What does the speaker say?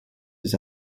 his